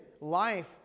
life